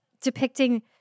depicting